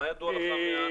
מה ידוע לך מהאנשים האלה?